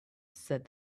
said